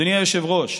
אדוני היושב-ראש,